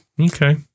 Okay